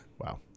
Wow